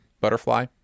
butterfly